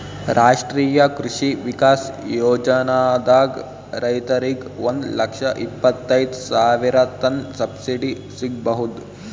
ರಾಷ್ಟ್ರೀಯ ಕೃಷಿ ವಿಕಾಸ್ ಯೋಜನಾದಾಗ್ ರೈತರಿಗ್ ಒಂದ್ ಲಕ್ಷ ಇಪ್ಪತೈದ್ ಸಾವಿರತನ್ ಸಬ್ಸಿಡಿ ಸಿಗ್ಬಹುದ್